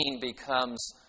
becomes